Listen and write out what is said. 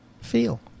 feel